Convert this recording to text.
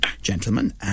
gentlemen